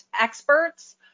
experts